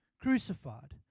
crucified